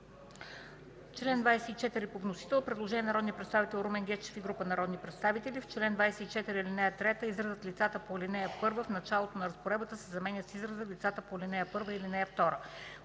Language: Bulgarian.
чл. 24 по вносител – предложение на народния представител Румен Гечев и група народни представители: „В чл. 24, ал. 3 изразът „Лицата по ал. 1” в началото на разпоредбата се заменя с израза „Лицата по ал. 1 и ал.